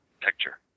picture